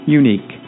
unique